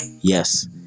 yes